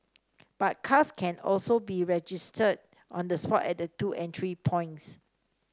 but cars can also be registered on the spot at the two entry points